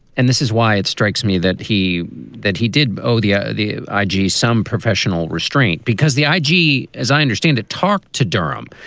and this is why it strikes me that he that he did. oh, yeah. ah the i g. some professional restraint, because the i g. as i understand it talked to durham.